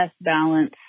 balance